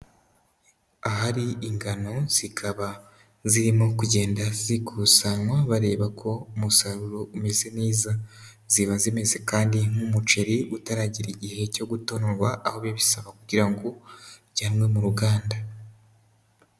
Ahari ingano zikaba zirimo kugenda zikusanywa bareba ko umusaruro umeze neza ziba zimeze kandi nk'umuceri utaragera igihe cyo gutonorwa aho biba bisaba kugira ngo zijyanwe mu ruganda.